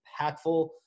impactful